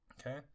Okay